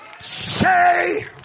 say